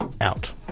Out